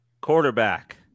quarterback